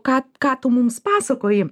ką ką tu mums pasakoji